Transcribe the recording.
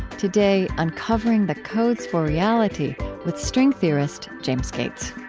today, uncovering the codes for reality with string theorist james gates